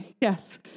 yes